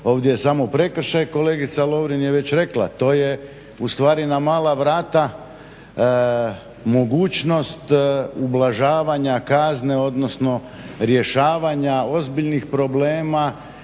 ovdje je samo prekršaj. Kolegica Lovrin je već rekla to je u stvari na mala vrata mogućnost ublažavanja kazne, odnosno rješavanja ozbiljnih problema